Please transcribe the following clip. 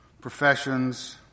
professions